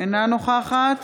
אינה נוכחת